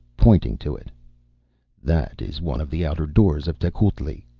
pointing to it that is one of the outer doors of tecuhltli.